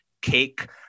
cake